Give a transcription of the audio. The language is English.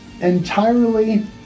entirely